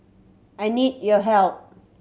I need your help